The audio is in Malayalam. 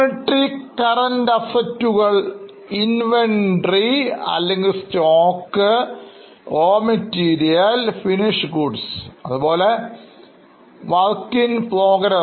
Non monetary ഇതിൽ ഉദാഹരണങ്ങളായി inventory or stock raw material finished goods അതുപോലെ work in progress stock